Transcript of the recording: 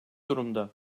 durumda